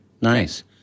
Nice